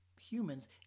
humans